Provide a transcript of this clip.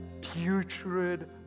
putrid